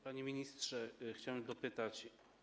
Panie ministrze, chciałbym dopytać.